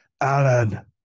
Alan